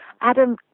Adam